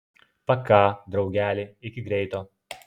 paka draugeliai iki greito